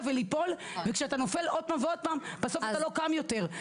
וליפול וכשאתה נופל עוד פעם ועוד פעם אז בסוף אתה לא קם יותר.